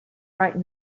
right